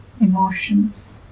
emotions